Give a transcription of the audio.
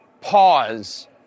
pause